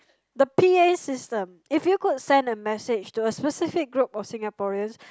the p_a system if you could send a message to a specific group of Singaporeans